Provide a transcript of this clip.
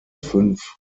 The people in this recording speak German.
fünf